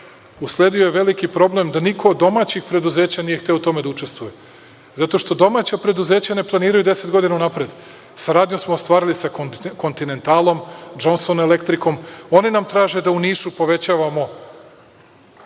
usledio je veliki problem da niko od domaćih preduzeća nije hteo u tome da učestvuje, zato što domaća preduzeća ne planiraju 10 godina unapred. Saradnju smo ostvarili sa „Kontinentalom“, „Džonson elektrikom“, oni nam traže da u Nišu povećavamo